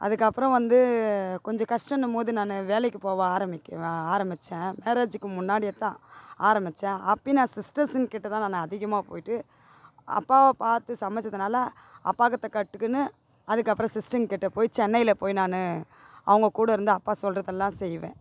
அதுக்கு அப்புறம் வந்து கொஞ்சம் கஸ்டம்னு போது நான் வேலைக்கு போக ஆரமிக்கு ஆரம்மிச்சேன் மேரேஜிக்கு முன்னாடியேதான் ஆரம்மிச்சேன் அப்பயும் நான் சிஸ்டர்ஸ்ஸுங்க கிட்டதான் நான் அதிகமாக போய்ட்டு அப்பாவை பார்த்து சமைச்சதனால அப்பாக்கிட்ட கற்றுக்கின்னு அதுக்கு அப்புறம் சிஸ்டருங்கிட்ட போய் சென்னையில் போய் நான் அவங்ககூட இருந்து அப்பா சொல்கிறதெல்லாம் செய்வேன்